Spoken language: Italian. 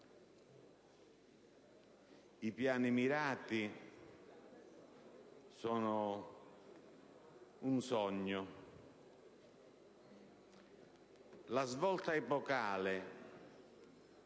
i piani mirati sono un sogno, la svolta epocale